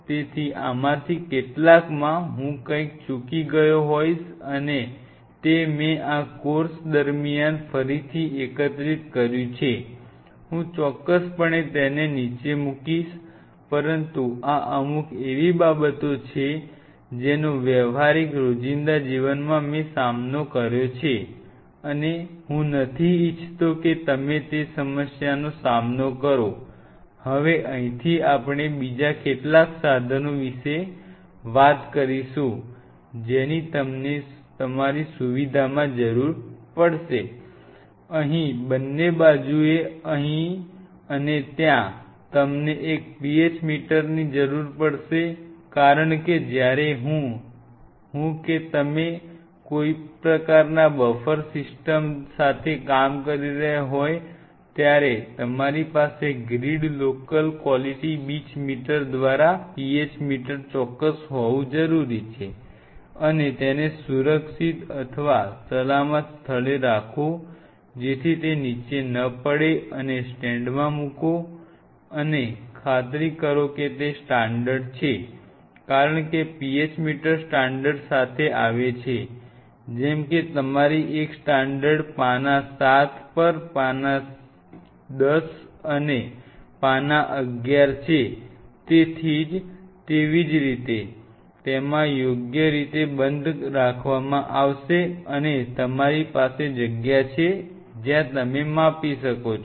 તેથી આમાંથી કેટલાકમાં હું કંઈક ચૂકી ગયો હોઈશ અને તે મેં આ કોર્સ અહીં બંને બાજુએ અહીં અને ત્યાં તમને એક PH મીટરની જરૂર પડશે કારણ કે જ્યારે હું કે તમે કોઈપણ પ્રકારના બફર સિસ્ટમ માધ્યમ સાથે કામ કરી રહ્યા હોવ ત્યારે તમારી પાસે ગ્રીડ લોકલ ક્વોલિટી બીચ મીટર દ્વારા PH મીટર ચોક્કસ હોવું જરૂરી છે અને તેને સુરક્ષિત અથવા સલામત સ્થળે રાખો જેથી તે નીચે ન પડે અને સ્ટેન્ડમાં મૂકો અને ખાતરી કરો કે તે સ્ટાન્ડર્ડ છે કારણ કે PH મીટર સ્ટાન્ડર્ડ સાથે આવે છે જેમ કે તમારી પાસે એક સ્ટાન્ડર્ડ પાના 7 પર પાના 10 પાના 11 છે તેવી જ રીતે તેમાં યોગ્ય રીતે બંધ રાખવામાં આવશે અને તમારી પાસે જગ્યા છે જ્યાં તમે માપી શકો છો